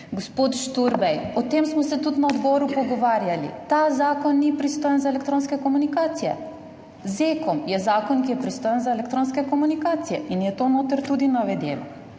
Gospod Šturbej, o tem smo se tudi na odboru pogovarjali, ta zakon ni pristojen za elektronske komunikacije. ZEKom je zakon, ki je pristojen za elektronske komunikacije, in je to noter tudi navedeno.